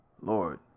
Lord